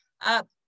up